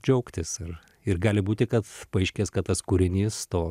džiaugtis ir ir gali būti kad paaiškės kad tas kūrinys to